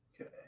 Okay